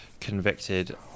convicted